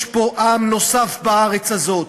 יש פה עם נוסף בארץ הזאת.